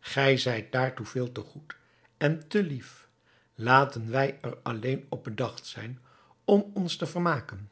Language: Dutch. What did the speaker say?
gij zijt daartoe veel te goed en te lief laten wij er alleen op bedacht zijn om ons te vermaken